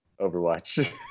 Overwatch